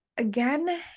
Again